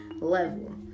level